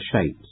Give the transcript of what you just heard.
shapes